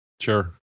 Sure